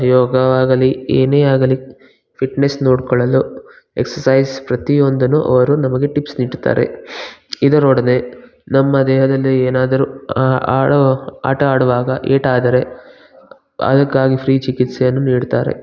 ಯೋಗವಾಗಲಿ ಏನೇ ಆಗಲಿ fitness ನೋಡಿಕೊಳ್ಳಲು ಎಕ್ಸಸೈಸ್ ಪ್ರತಿಯೊಂದನ್ನು ಅವರು ನಮಗೆ ಟಿಪ್ಸ್ ನೀಡುತ್ತಾರೆ ಇದರೊಡನೆ ನಮ್ಮ ದೇಹದಲ್ಲಿ ಏನಾದರು ಆಡೋ ಆಟ ಆಡುವಾಗ ಏಟಾದರೆ ಅದಕ್ಕಾಗಿ ಫ್ರೀ ಚಿಕಿತ್ಸೆಯನ್ನು ನೀಡ್ತಾರೆ